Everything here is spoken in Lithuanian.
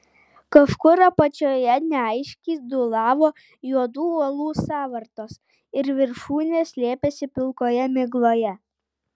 kažkur apačioje neaiškiai dūlavo juodų uolų sąvartos ir viršūnės slėpėsi pilkoje migloje